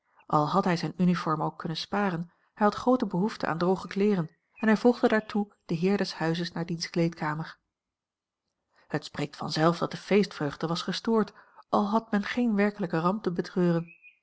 al had hij zijn uniform ook kunnen sparen hij had groote behoefte aan droge kleeren en hij volgde daartoe den heer des huizes naar diens kleedkamer het spreekt vanzelf dat de feestvreugde was gestoord al had men geen werkelijke ramp te betreuren